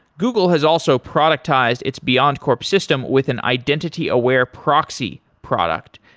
google has also productized its beyondcorp system with an identity aware proxy product,